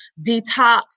detox